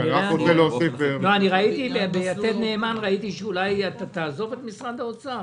ראיתי ביתד נאמן שאולי אתה תעזוב את משרד האוצר.